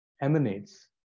emanates